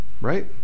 right